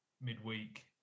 midweek